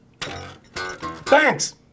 thanks